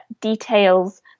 details